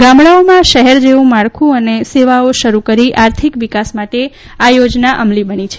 ગામડાંઓમાં શહેર જેવું માળખું અને સેવાઓ શરૂ કરી આર્થિક વિકાસ માટે આ યોજના અમલી બની છે